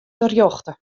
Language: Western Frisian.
terjochte